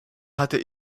hatte